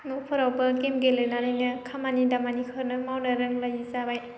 न'फोरावबो गेम गेलेनानैनो खामानि दामानिफोरखौनो मावनो रोंलायै जाबाय